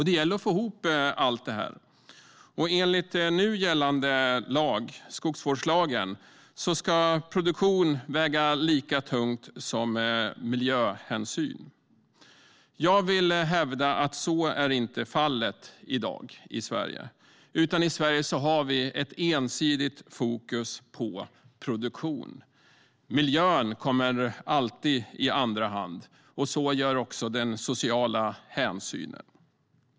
Det gäller att få ihop allt det här. Enligt nu gällande lag, skogsvårdslagen, ska produktion väga lika tungt som miljöhänsyn. Jag vill hävda att så är inte fallet i dag. I Sverige har vi ett ensidigt fokus på produktion. Miljön kommer alltid i andra hand, och så gör också den sociala hänsynen.